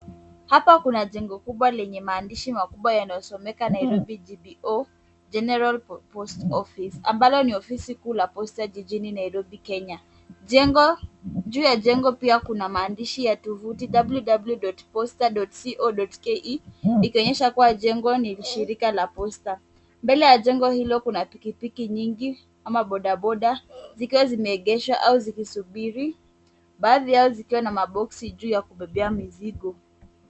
Hapa kuna jengo kubwa lenye maandishi makubwa yanayosomeka Nairobi GPO General Post Office ambalo ni ofisi kuu ya posta jijini Nairobi Kenya. Juu ya jengo pia kuna maandishi ya tovuti www.posta.co.ke ikionyesha kuwa jengo ni shirika la posta. Mbele ya jengo hilo kuna pikipiki nyingi ama bodaboda zikiwa zimeegeshwa au zikisubiri baadhi yao zikiwa na maboksi juu za kubebea mzigo.